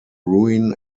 ruin